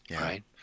right